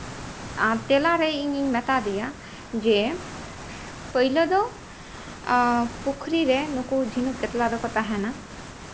ᱛᱮᱞᱟ ᱨᱮ ᱤᱧᱤᱧ ᱢᱮᱛᱟ ᱫᱮᱭᱟ ᱡᱮ ᱯᱟᱹᱭᱞᱟᱹ ᱫᱚ ᱯᱩᱠᱷᱨᱤ ᱨᱮ ᱱᱩᱠᱩ ᱡᱷᱤᱱᱩᱠ ᱠᱟᱛᱞᱟ ᱫᱚᱠᱚ ᱛᱟᱦᱮᱱᱟ